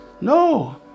No